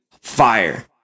fire